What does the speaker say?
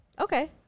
Okay